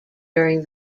during